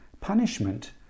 punishment